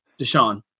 Deshaun